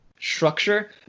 structure